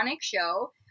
show